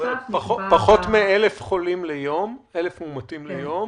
פחות מ-1,000 מאומתים ליום?